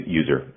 user